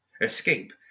escape